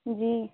جی